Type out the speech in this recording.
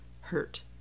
hurt